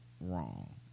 wrong